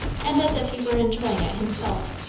and as if he were enjoying it himself.